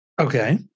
Okay